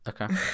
Okay